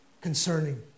concerning